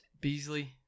Beasley